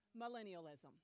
millennialism